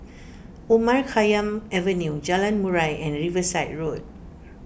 Omar Khayyam Avenue Jalan Murai and Riverside Road